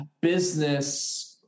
business